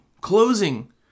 Closing